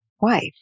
wife